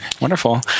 Wonderful